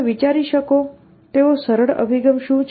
તમે વિચારી શકો તેવો સરળ અભિગમ શું છે